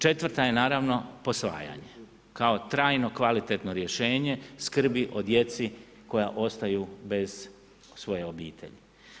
Četvrta je naravno posvajanje kao trajno, kvalitetno rješenje skrbi o djeci koja ostaju bez svoje obitelji.